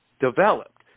developed